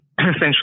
essentially